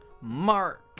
mark